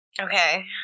Okay